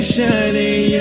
Shining